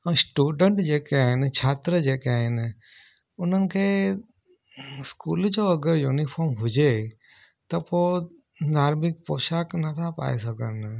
ऐं स्टूडेंट जेके आहिनि छात्र जेके आहिनि उन्हनि खे इस्कूल जो अगरि यूनिफॉर्म हुजे त पोइ धार्मिक पोशाक नथा पाए सघनि